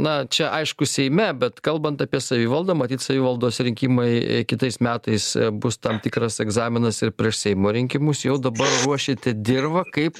na čia aišku seime bet kalbant apie savivaldą matyt savivaldos rinkimai kitais metais bus tam tikras egzaminas ir prieš seimo rinkimus jau dabar ruošiate dirvą kaip